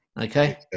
Okay